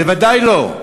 בוודאי לא.